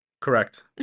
Correct